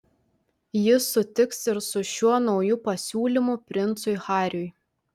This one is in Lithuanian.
jis sutiks ir su šiuo nauju pasiūlymu princui hariui